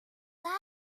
that